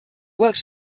works